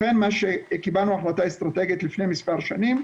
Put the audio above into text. לכן מה שקיבלנו החלטה אסטרטגית לפני מספר שנים,